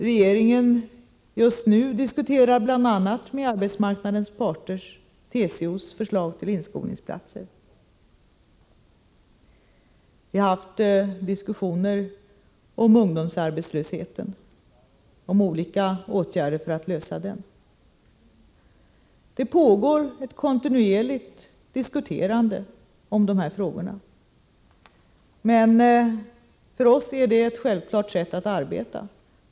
Regeringen diskuterar just nu med arbetsmarknadens parter TCO:s förslag till inskolningsplatser. Vi har haft diskussioner om ungdomsarbetslösheten och om olika åtgärder för att lösa den. Det pågår alltså kontinuerliga diskussioner om dessa frågor, men för oss är det ett självklart sätt att arbeta.